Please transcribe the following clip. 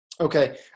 Okay